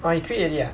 orh he quit already ah